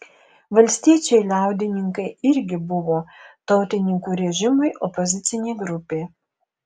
valstiečiai liaudininkai irgi buvo tautininkų režimui opozicinė grupė